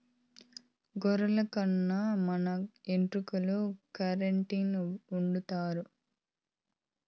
గొర్రెల కన్ని మన ఎంట్రుకల్ల కెరటిన్ ఉండాదట